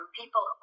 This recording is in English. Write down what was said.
people